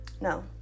no